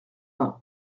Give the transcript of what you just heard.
vingt